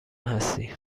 هستی